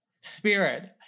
spirit